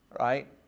right